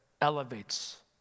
elevates